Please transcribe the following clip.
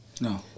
No